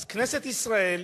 אז כנסת ישראל,